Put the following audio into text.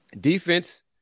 Defense